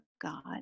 God